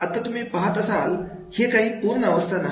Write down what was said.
आता तुम्ही पहात असाल हे काही पूर्ण अवस्था नाही